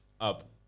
Up